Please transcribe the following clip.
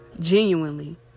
genuinely